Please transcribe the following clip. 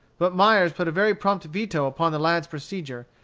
but myers put a very prompt veto upon the lad's procedure,